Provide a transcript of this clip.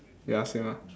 ya same ah